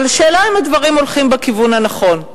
אבל השאלה היא אם הדברים הולכים בכיוון הנכון,